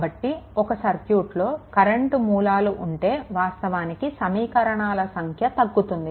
కాబట్టి ఒక సర్క్యూట్లో కరెంట్ మూలాలు ఉంటే వాస్తవానికి సమీకరణాల సంఖ్య తగ్గుతుంది